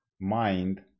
mind